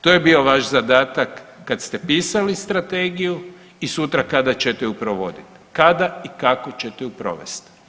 To je bio vaš zadatak kad ste pisali strategiju i sutra kada ćete ju provoditi, kada i kako ćete ju provesti.